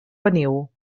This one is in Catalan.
veniu